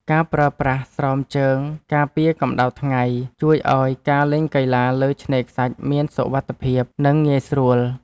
ការប្រើប្រាស់ស្រោមជើងការពារកម្ដៅថ្ងៃជួយឱ្យការលេងកីឡាលើឆ្នេរខ្សាច់មានសុវត្ថិភាព និង ងាយស្រួល។